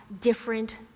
different